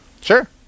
Sure